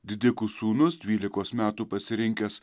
didikų sūnus dvylikos metų pasirinkęs